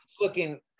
looking